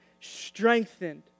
strengthened